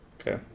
Okay